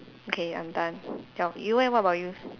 okay I'm done you leh what about you